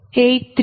0832 0